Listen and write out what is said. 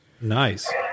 nice